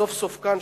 סוף סוף כאן,